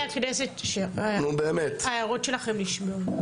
חברי הכנסת, ההערות שלכם נשמעו.